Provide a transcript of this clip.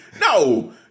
No